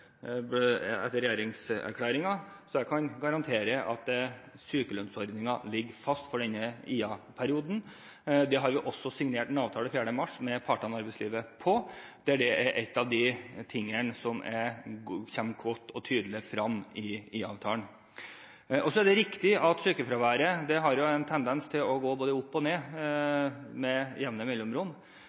så jeg kan garantere at sykelønnsordningen ligger fast i denne IA-perioden. Den 4. mars signerte jeg en avtale med partene i arbeidslivet. Dette er en av de tingene som kommer godt og tydelig frem i IA-avtalen. Det er riktig at sykefraværet har en tendens til å gå både opp og ned, med jevne mellomrom.